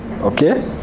Okay